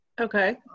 Okay